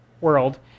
world